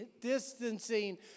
distancing